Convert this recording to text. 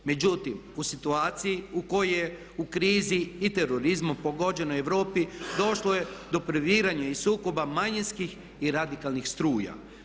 Međutim, u situaciji u kojoj je u krizi i terorizmom pogođenoj Europi došlo je do previranja i sukoba manjinskih i radikalnih struja.